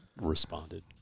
responded